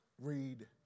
read